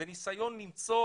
זה ניסיון למצוא,